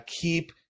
keep